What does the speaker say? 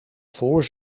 voor